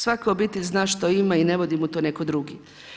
Svaka obitelj zna što ima i ne vodi mu to netko drugi.